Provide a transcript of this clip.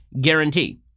guarantee